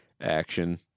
action